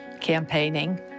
campaigning